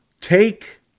Take